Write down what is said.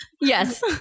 Yes